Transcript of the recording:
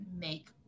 make